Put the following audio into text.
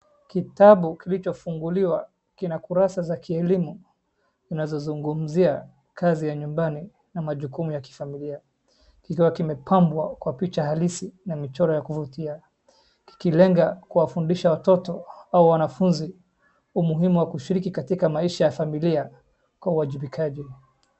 Kitabu kilichofunguliwa kina kurasa ya kielimu zinazozungumzia kazi ya nyumbani na majukumu ya kifamilia kikiwa kimepambwa kwa picha halisi na michoro ya kuvutia kikilenga kuwafundisha watoto au wanafunzi umuhimu wa kushiriki katika maisha ya familia kwa wajibikaji.